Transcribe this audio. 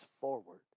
forward